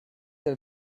der